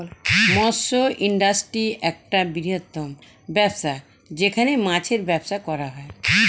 মৎস্য ইন্ডাস্ট্রি একটা বৃহত্তম ব্যবসা যেখানে মাছের ব্যবসা করা হয়